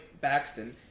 Baxton